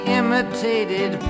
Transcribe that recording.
imitated